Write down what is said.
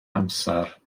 amser